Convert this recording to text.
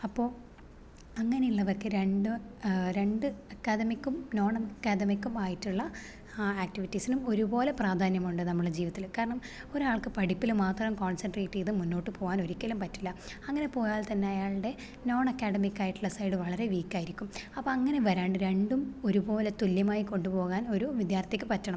അപ്പോൾ അങ്ങനെയുള്ളവർക്ക് രണ്ടോ രണ്ട് അക്കാഡമിക്കും നോൺ അക്കാഡമിക്കും ആയിട്ടുള്ള ആ ആക്ടിവിറ്റീസിനും ഒരുപോലെ പ്രാധാന്യമുണ്ട് നമ്മളുടെ ജീവിതത്തിൽ കാരണം ഒരാൾക്ക് പഠിപ്പിൽ മാത്രം കോൺസെൻട്രേറ്റ് ചെയ്ത് മുന്നോട്ട് പോകാൻ ഒരിക്കലും പറ്റില്ല അങ്ങനെ പോയാൽ തന്നെ അയാൾടെ നോൺ അക്കാഡമിക്കായിട്ടുള്ള സൈഡ് വളരെ വീക്കായിരിക്കും അപ്പം അങ്ങനെ വരാണ്ട് രണ്ടും ഒരുപോലെ തുല്യമായി കൊണ്ടുപോകാൻ ഒരു വിദ്യാർത്ഥിക്ക് പറ്റണം